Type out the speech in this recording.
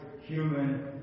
human